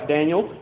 Daniel